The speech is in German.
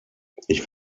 ich